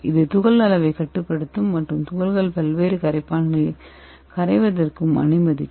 இது துகள் அளவைக் கட்டுப்படுத்தும் மற்றும் துகள்கள் பல்வேறு கரைப்பான்களில் கரைவதற்கு அனுமதிக்கும்